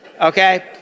okay